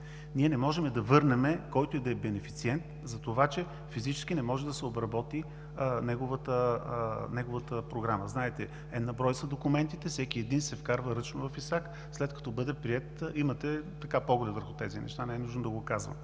Ние не можем да върнем, който и да е бенефициент, затова че физически не може да се обработи неговата програма. Знаете, N на брой са документите, всеки един се вкарва ръчно в ИСАК след като бъде приет. Имате поглед върху тези неща и не е нужно да го казвам.